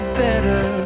better